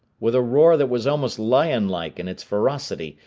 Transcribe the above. with a roar that was almost lionlike in its ferocity,